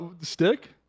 Stick